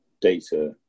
data